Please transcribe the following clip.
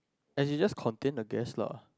as in just contain the gas lah